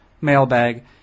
Mailbag